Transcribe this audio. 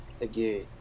Again